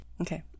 okay